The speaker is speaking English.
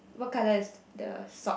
what colour is the sock